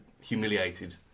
humiliated